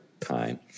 time